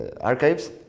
archives